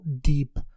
deep